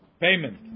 payment